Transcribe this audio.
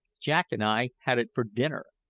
jack and i had it for dinner,